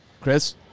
Chris